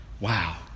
Wow